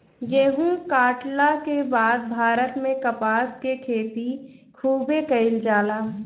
गेहुं काटला के बाद भारत में कपास के खेती खूबे कईल जाला